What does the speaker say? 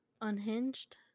Unhinged